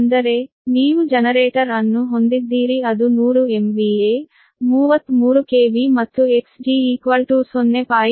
ಅಂದರೆ ನೀವು ಜನರೇಟರ್ ಅನ್ನು ಹೊಂದಿದ್ದೀರಿ ಅದು 100 MVA 33 KV ಮತ್ತು Xg 0